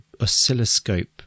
oscilloscope